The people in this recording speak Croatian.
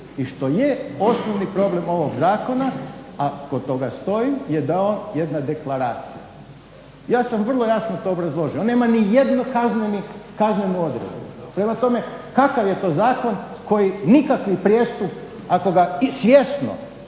i što je osnovni problem ovog Zakona a kod toga stojim je da je on jedna deklaracija. Ja sam vrlo jasno to obrazložio on nema niti jednu kaznenu odredbu. Prema tome, kakav je to Zakon koji nikakav prijestup ako ga svjesno,